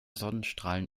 sonnenstrahlen